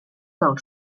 del